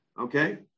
okay